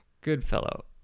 Goodfellow